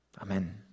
Amen